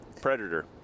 predator